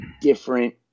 different